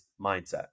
mindset